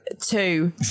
Two